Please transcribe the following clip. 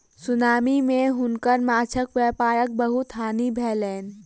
tsunami मे हुनकर माँछक व्यापारक बहुत हानि भेलैन